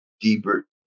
deeper